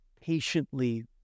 patiently